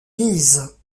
pise